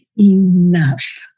enough